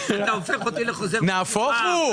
נהפוך הוא.